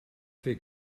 fer